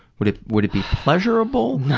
would it would it be pleasurable?